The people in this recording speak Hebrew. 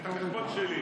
את החשבון שלך.